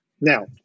Now